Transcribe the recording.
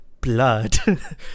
blood